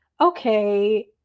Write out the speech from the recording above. okay